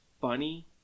funny